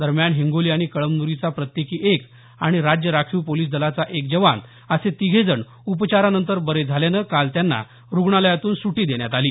दरम्यान हिंगोली आणि कळमन्रीचा प्रत्येकी एक आणि राज्य राखीव पोलिस दलाचा एक जवान असे तिघेजण उपचारानंतर बरे झाल्यानं काल त्यांना रुग्णालयातून सुटी देण्यात आली